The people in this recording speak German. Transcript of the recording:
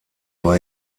war